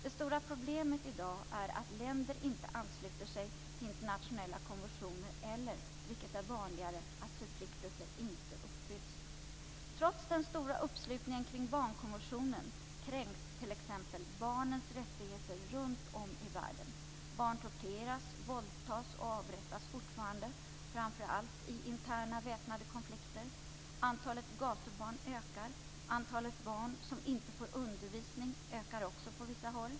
Det stora problemet i dag är att länder inte ansluter sig till internationella konventioner eller, vilket är vanligare, att förpliktelser inte uppfylls. Trots den stora uppslutningen kring barnkonventionen kränks t.ex. barnens rättigheter runt om i världen. Barn torteras, våldtas och avrättas fortfarande, framför allt i interna väpnade konflikter. Antalet gatubarn ökar. Antalet barn som inte får undervisning ökar också på vissa håll.